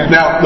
Now